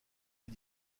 les